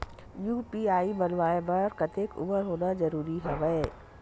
UPI बनवाय बर कतेक उमर होना जरूरी हवय?